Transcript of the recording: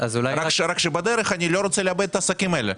רק שבדרך אני לא רוצה לאבד את העסקים האלה.